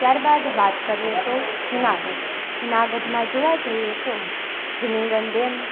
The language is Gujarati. ત્યારબાદ વાત કરીએ તો જુનાગઢ જુનાગઢમાં જોવા જઈએ તો વિનિંગન ડેમ